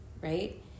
right